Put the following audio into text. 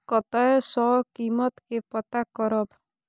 कतय सॅ कीमत के पता करब?